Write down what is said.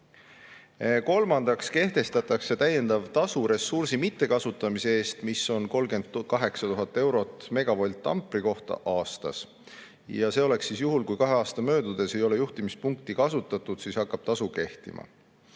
Kolmandaks kehtestatakse ressursi mittekasutamise eest täiendav tasu, mis on 38 000 eurot megavoltampri kohta aastas. See oleks juhul, kui kahe aasta möödudes ei ole juhtimispunkti kasutatud, siis hakkab tasu kehtima.